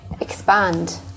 expand